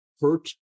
hurt